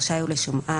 רשאי הוא לשמעה